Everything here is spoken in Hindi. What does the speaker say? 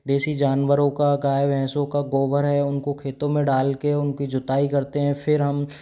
देसी जानवरों का गाय भैंसों का गोबर है उनको खेतों में डाल कर उनकी जुताई करते हैं फिर हम